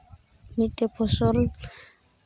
ᱢᱤᱫᱴᱮᱡ ᱯᱷᱚᱥᱚᱞ